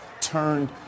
turned